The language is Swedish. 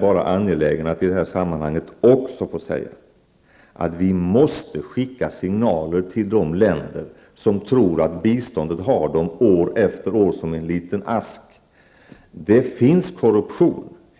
Jag är angelägen om att i detta sammanhang också få säga att vi måste skicka signaler till de länder som tror att de år efter år har vårt bistånd som i en liten ask. Det finns